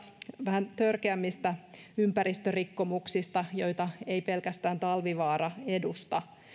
vähän törkeämmistä ympäristörikkomuksista joita ei pelkästään talvivaara edusta